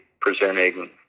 presenting